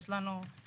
יש לנו זכות.